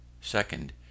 Second